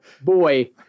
boy